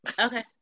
Okay